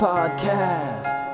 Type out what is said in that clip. Podcast